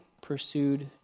pursued